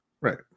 Right